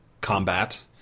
combat